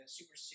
Super